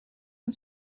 van